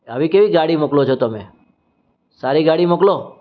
આવી કેવી ગાડી મોકલો છો તમે સારી ગાડી મોકલો